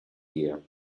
year